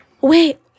Wait